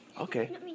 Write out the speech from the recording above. Okay